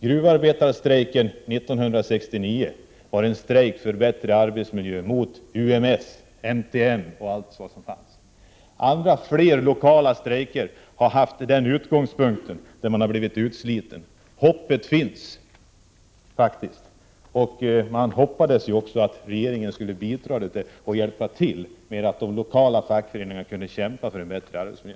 Gruvarbetarstrejken 1969 var en strejk för bättre arbetsmiljö och mot UMS, MTM m.m. Andra lokala strejker har haft sin grund i att människorna har blivit utslitna. Man hade hoppats att regeringen skulle hjälpa till så att de lokala fackföreningarna skulle kunna kämpa för en bättre arbetsmiljö.